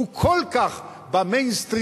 שהוא כל כך ב"מיינסטרים",